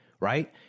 Right